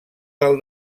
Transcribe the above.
del